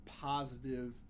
positive